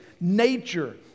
nature